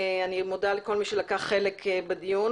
אני מודה לכל מי שלקח חלק בדיון.